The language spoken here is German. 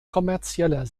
kommerzieller